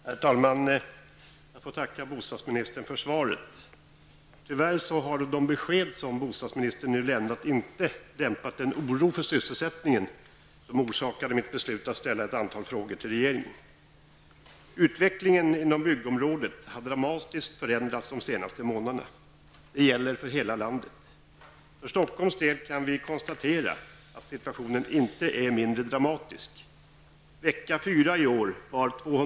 Herr talman! Jag tackar bostadsministern för svaret. Tyvärr dämpar de besked som bostadsministern nu har lämnat inte den oro för sysselsättningen som var orsaken till mitt beslut att ställa ett antal frågor till regeringen. Utvecklingen inom byggområdet har dramatiskt förändrats under de senaste månaderna. Det gäller för hela landet. För Stockholms del kan vi konstatera att situationen inte är mindre dramatisk.